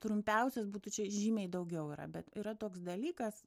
trumpiausias būtų čia žymiai daugiau yra bet yra toks dalykas